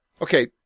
Okay